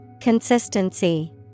Consistency